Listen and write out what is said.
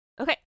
Okay